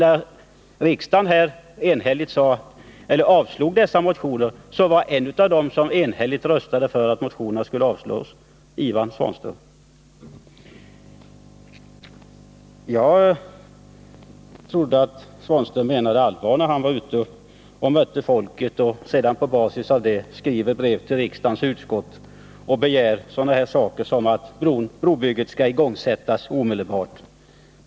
När riksdagen enhälligt avslog dessa motioner, så var en av dem som deltog i de enhälliga besluten Ivan Svanström. Jag trodde att Ivan Svanström menade allvar när han var ute och mötte folket och på basis av det skrev brev till riksdagens utskott och begärde att brobygget skulle igångsättas omedelbart.